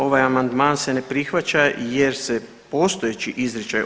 Ovaj amandman se ne prihvaća jer se postojeći izričaj